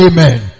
Amen